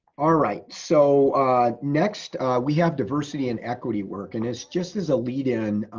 all right, so next we have diversity and equity work, and it's just as a lead in